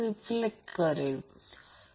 4 2 जे काही येईल ते तपासा ते 1256V असेल